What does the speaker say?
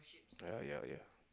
ya ya ya